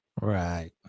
Right